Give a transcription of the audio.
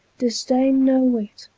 disdaine no whit,